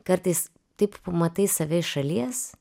kartais taip pamatai save iš šalies